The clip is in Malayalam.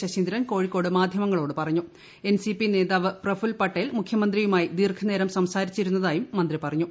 ശശീന്ദ്രൻ കോഴിക്കോട് മാധ്യമങ്ങളോട് പറഞ്ഞു എൻസിപി നേതാവ് പ്രഫുൽ പട്ടേൽ മുഖ്യമന്ത്രിയുമായി ദീർഘനേരം സംസാരിച്ചിരുന്നതായും മന്ത്രി പറഞ്ഞു